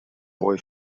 boy